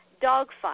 Dogfight